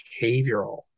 behavioral